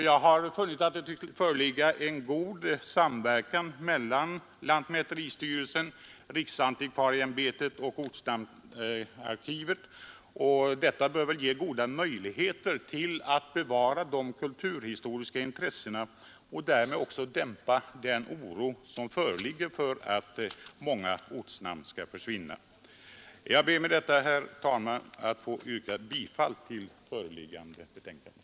Jag har funnit att det tycks föreligga god samverkan mellan lantmäteristyrelsen, riksantikvarieämbetet och ortnamnsarkivet. Detta bör ge goda möjligheter till att bevaka de kulturhistoriska intressena och därmed också dämpa den oro som föreligger för att många ortnamn skall försvinna. Jag ber med detta, herr talman, att få yrka bifall till föreliggande betänkande.